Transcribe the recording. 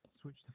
switch